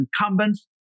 incumbents